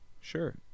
Sure